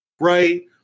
right